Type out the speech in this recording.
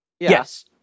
Yes